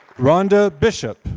rhonda bishop.